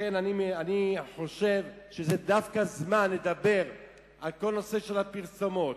לכן אני חושב שזה דווקא זמן לדבר על כל נושא הפרסומות,